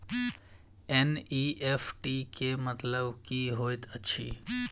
NEFT केँ मतलब की होइत अछि?